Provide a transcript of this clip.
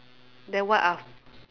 then what are